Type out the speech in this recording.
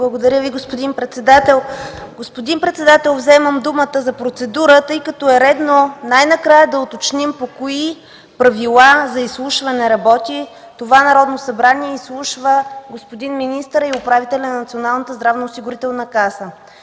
Благодаря Ви, господин председател. Господин председател, вземам думата за процедура, тъй като е редно най-накрая да уточним по кои правила за изслушване работи Народно събрание и изслушва господин министъра и управителя на Националната здравноосигурителна каса.